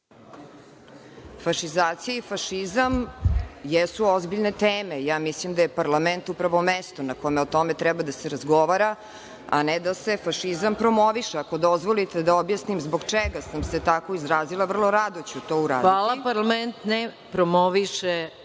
Fašizacija i fašizam jesu ozbiljne teme. Ja mislim da je parlament upravo mesto na kome o tome treba da se razgovara, a ne da se fašizam promoviše. Ako dozvolite, da objasnim zbog čega sam se tako izrazila, vrlo rado ću to uraditi. **Maja Gojković** Parlament ne promoviše